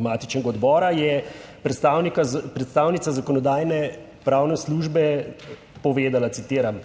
matičnega odbora, je predstavnica Zakonodajno-pravne službe povedala (citiram):